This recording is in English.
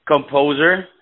composer